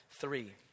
three